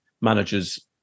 managers